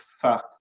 fact